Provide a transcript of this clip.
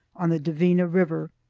on the dvina river.